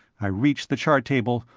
i reached the chart table,